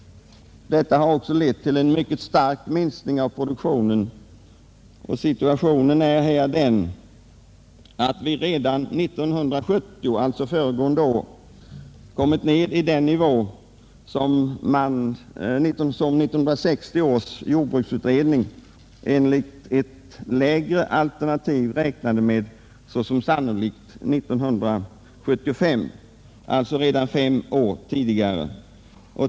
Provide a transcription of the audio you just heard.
Detta har också lett till en mycket stark minskning av produktionen, och situationen är den att vi redan 1970, alltså föregående år, kommit ner till den nivå som 1960 års jordbruksutredning enligt ett lägre alternativ räknade med såsom sannolikt 1975, alltså redan fem år tidigare.